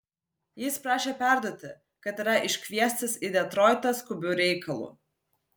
jis prašė perduoti kad yra iškviestas į detroitą skubiu reikalu